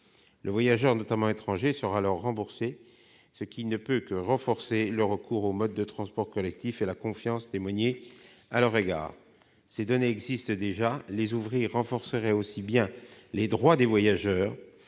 Le voyageur, notamment étranger, sera alors remboursé, ce qui ne pourra que faire progresser le recours aux modes de transport collectif et la confiance à leur égard. Ces données existent déjà. Les ouvrir renforcerait les droits des voyageurs